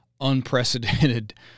unprecedented